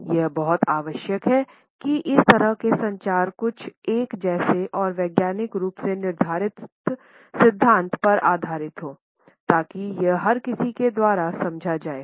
यह बहुत आवश्यक है कि इस तरह के संचार कुछ एक जैसे और वैज्ञानिक रूप से निर्धारित सिद्धांत पर आधारित हों ताकि यह हर किसी के द्वारा समझा जाए